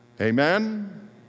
Amen